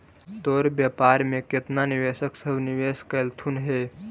तोर व्यापार में केतना निवेशक सब निवेश कयलथुन हे?